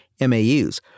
MAUs